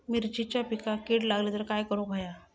मिरचीच्या पिकांक कीड लागली तर काय करुक होया?